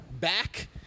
back